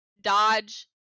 dodge